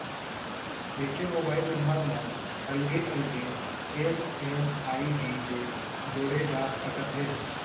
एके mobile number ल अलगे अलगे एम.एम.आई.डी ले जोड़े जा सकत हे